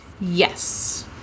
Yes